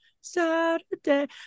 Saturday